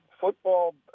Football